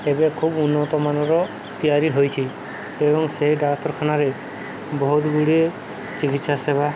ଏବେ ଖୁବ ଉନ୍ନତମାନର ତିଆରି ହୋଇଛି ଏବଂ ସେଇ ଡାକ୍ତରଖାନାରେ ବହୁତ ଗୁଡ଼ିଏ ଚିକିତ୍ସା ସେବା